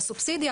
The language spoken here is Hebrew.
הסובסידיה,